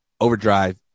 Overdrive